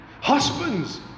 Husbands